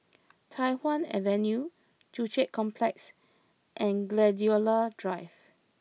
Tai Hwan Avenue Joo Chiat Complex and Gladiola Drive